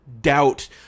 doubt